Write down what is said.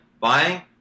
buying